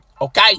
okay